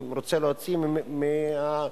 מותר לתמוך בהתנגדות.